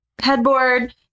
headboard